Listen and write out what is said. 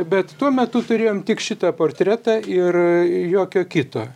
bet tuo metu turėjom tik šitą portretą ir jokio kito